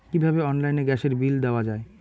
কিভাবে অনলাইনে গ্যাসের বিল দেওয়া যায়?